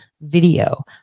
video